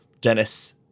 Dennis